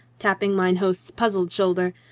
tapping mine host's puzzled shoulder,